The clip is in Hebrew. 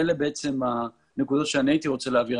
אלה הנקודות שאני הייתי רוצה להעביר.